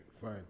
fine